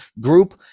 Group